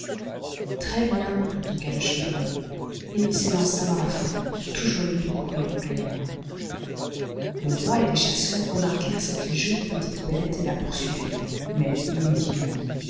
très-bien répliqua le chevreuil et il s'élança dans la forêt tout joyeux de courir en plein air le roi et les chasseurs remarquèrent cette jolie petite bète et la poursuivirent mais inutilement